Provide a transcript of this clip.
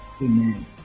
Amen